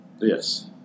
yes